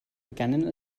begannen